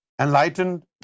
enlightened